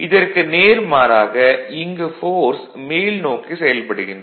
இதற்கு நேர்மாறாக இங்கு ஃபோர்ஸ் மேல்நோக்கி செயல்படுகின்றது